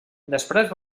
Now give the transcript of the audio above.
després